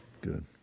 good